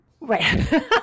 right